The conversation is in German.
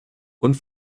und